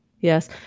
Yes